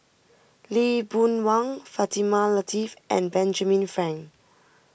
Lee Boon Wang Fatimah Lateef and Benjamin Frank